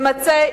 ממצה,